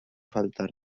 faltar